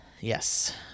Yes